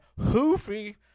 Hoofy